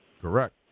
Correct